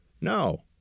No